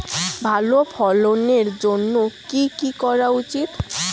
ভালো ফলনের জন্য কি কি করা উচিৎ?